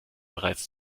bereits